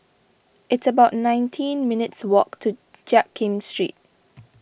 it's about nineteen minutes' walk to Jiak Kim Street